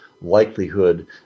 likelihood